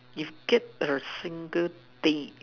if keep a single thing